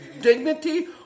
dignity